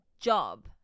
job